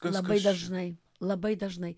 labai dažnai labai dažnai